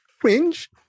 cringe